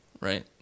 right